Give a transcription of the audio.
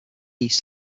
east